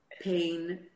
pain